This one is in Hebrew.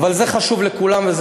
זה חשוב לכולם.